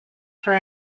for